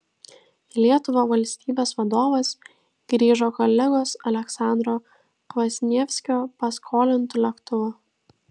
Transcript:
į lietuvą valstybės vadovas grįžo kolegos aleksandro kvasnievskio paskolintu lėktuvu